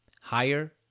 Higher